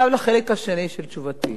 עכשיו לחלק השני של תשובתי.